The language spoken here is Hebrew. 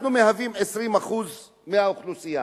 אנחנו 20% מהאוכלוסייה.